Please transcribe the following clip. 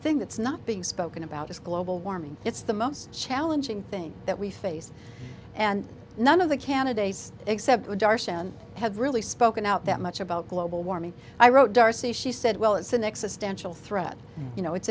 thing that's not being spoken about is global warming it's the most challenging thing that we face and none of the candidates except the darshan have really spoken out that much about global warming i wrote darcy she said well it's an accidental threat you know it's